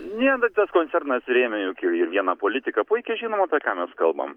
ne tai tas koncernas rėmė juk ir ir vieną politiką puikiai žinom apie ką mes kalbam